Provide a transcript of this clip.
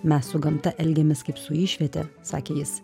mes su gamta elgiamės kaip su išviete sakė jis